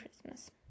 Christmas